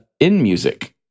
InMusic